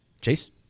chase